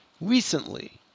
recently